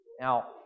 Now